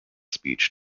speech